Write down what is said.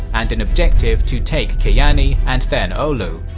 and an objective to take kajaani and then oulu,